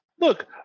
Look